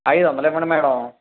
ఐదు వందలు ఇవ్వండి మేడం